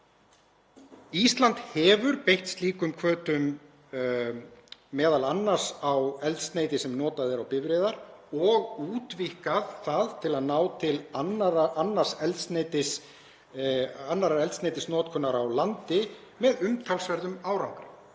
Ísland hefur beitt slíkum hvötum, m.a. á eldsneyti sem notað er á bifreiðar, og útvíkkað þá til að ná til annarrar eldsneytisnotkunar á landi með umtalsverðum árangri.